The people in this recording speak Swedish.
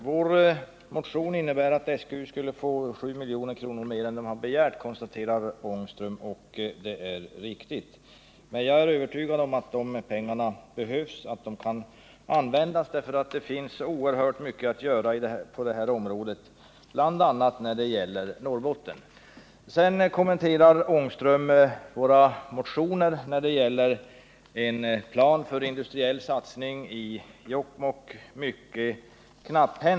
Herr talman! Ett bifall till vår motion skulle innebära att SGU skulle få 7 Mineralförsörjning milj.kr. mer än SGU har begärt, konstaterar Rune Ångström. Det är riktigt. — 7. mm. ; Jag är emellertid övertygad om att pengarna behövs, eftersom det finns så oerhört mycket att göra på det här området, bl.a. i Norrbotten. Sedan kommenterade Rune Ångström mycket knapphändigt våra motioner om en plan för industriell satsning i Jokkmokk.